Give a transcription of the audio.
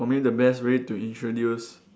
for me the best way to introduce